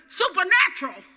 supernatural